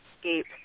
escape